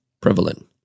prevalent